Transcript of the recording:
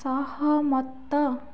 ସହମତ